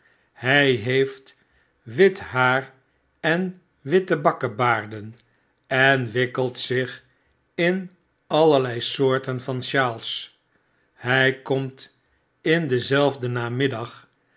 hj heeft wit haar en witte bakkebaarden en wikkelt zich in allerlei soorten van sjaals hj komt in denzelfden namiddag